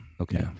Okay